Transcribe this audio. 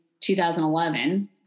2011